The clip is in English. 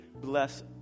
bless